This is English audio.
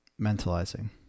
mentalizing